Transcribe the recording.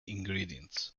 ingredients